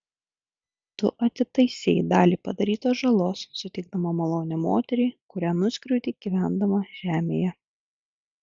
tu atitaisei dalį padarytos žalos suteikdama malonę moteriai kurią nuskriaudei gyvendama žemėje